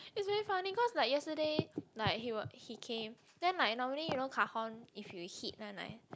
it's very funny cause like yesterday like he was he came then like normally you know cajon if you hit one time